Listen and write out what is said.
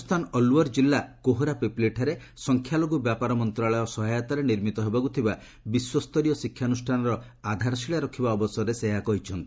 ରାଜସ୍ଥାନ ଅଲ୍ଓ୍ୱର ଜିଲ୍ଲା କୋହରା ପିପ୍ଲୀଠାରେ ସଂଖ୍ୟାଲଘୁ ବ୍ୟାପାର ମନ୍ତ୍ରଣାଳୟ ସହାୟତାରେ ନିର୍ମିତ ହେବାକୁ ଥିବା ବିଶ୍ୱ ସ୍ତରୀୟ ଶିକ୍ଷାନୁଷ୍ଠାନର ଆଧାରଶିଳା ରଖିବା ଅବସରରେ ସେ ଏହା କହିଛନ୍ତି